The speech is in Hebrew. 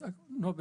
נועה,